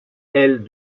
elle